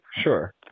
Sure